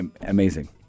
amazing